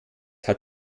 hat